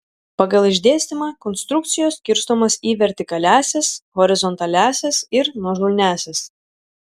pagal išdėstymą konstrukcijos skirstomos į vertikaliąsias horizontaliąsias ir nuožulniąsias